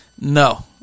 No